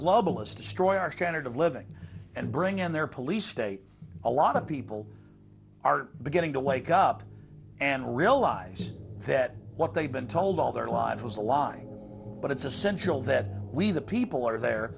globalists destroy our standard of living and bring in their police state a lot of people are beginning to wake up and realize that what they've been told all their lives was a lie but it's essential that we the people are there